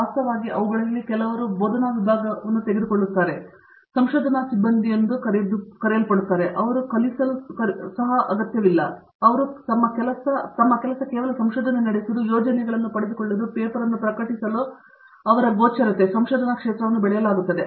ವಾಸ್ತವವಾಗಿ ಅವುಗಳಲ್ಲಿ ಕೆಲವರು ಬೋಧನಾ ವಿಭಾಗವನ್ನು ತೆಗೆದುಕೊಳ್ಳುತ್ತಿದ್ದಾರೆ ಅವರು ಸಂಶೋಧನಾ ಸಿಬ್ಬಂದಿ ಎಂದು ಕರೆಯುತ್ತಾರೆ ಅವರು ಕಲಿಸಲು ಸಹ ಅಗತ್ಯವಿಲ್ಲ ಅವರ ಕೆಲಸ ತಮ್ಮ ಸಂಶೋಧನೆ ನಡೆಸುವುದು ಯೋಜನೆಗಳನ್ನು ಪಡೆದುಕೊಳ್ಳುವುದು ಪೇಪರ್ ಅನ್ನು ಪ್ರಕಟಿಸಲು ಅವರ ಗೋಚರತೆ ಸಂಶೋಧನಾ ಕ್ಷೇತ್ರವನ್ನು ಬೆಳೆಯಲಾಗುತ್ತದೆ